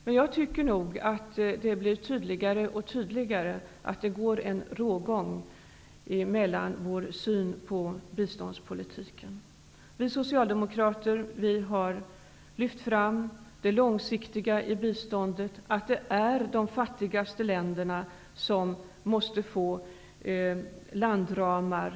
Men jag tycker nog att det blir tydligare och tydligare att det går en rågång mellan vår syn och majoritetens syn på biståndspolitiken. Vi socialdemokrater har lyft fram det långsiktiga perspektivet i biståndet. Det är de fattigaste länderna som måste få landramar.